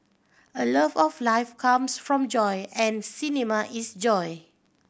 a love of life comes from joy and cinema is joy